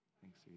Thanks